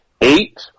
eight